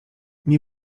nie